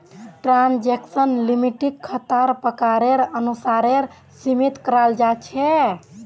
transaction लिमिटक खातार प्रकारेर अनुसारेर सीमित कराल जा छेक